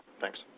Thanks